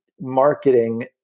marketing